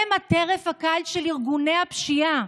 הם הטרף הקל של ארגוני הפשיעה,